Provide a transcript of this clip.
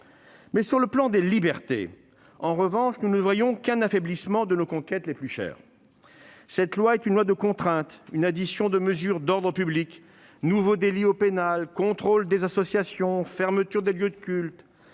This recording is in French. point de vue des libertés, nous ne constatons qu'un affaiblissement de nos conquêtes les plus chères. Ce projet de loi est un texte de contraintes, une addition de mesures d'ordre public : nouveaux délits pénaux, contrôle des associations, fermeture des lieux de culte.